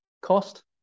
Cost